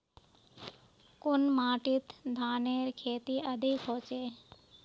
कुन माटित धानेर खेती अधिक होचे?